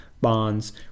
bonds